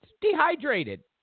Dehydrated